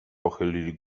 pochylili